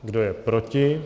Kdo je proti?